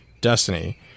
destiny